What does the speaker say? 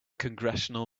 congressional